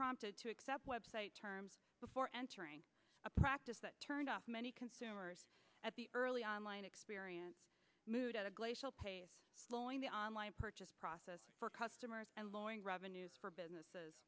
prompted to accept web site terms before entering a practice that turned off many consumers at the early on line experience mood at a glacial pace bowling the online purchase process for customers and lowering revenues for businesses